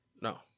No